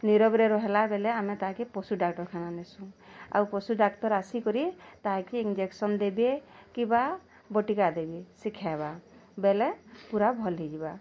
ନୀରବ୍ରେ ରହିଲା ବେଲେ ଆମେ ତାହାକେ ପଶୁ ଡ଼ାକ୍ତରଖାନା ନେଇସୁଁ ଆଉ ପଶୁ ଡ଼ାକ୍ତର୍ ଆସିକରି ତାହାକି ଇଞ୍ଜେକ୍ସନ୍ ଦେବେ କିବା ବଟିକା ଦେବେ ସେ ଖାଇବା ବେଲେ ପୁରା ଭଲ୍ ହୋଇଯିବା